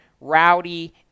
Rowdy